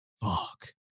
fuck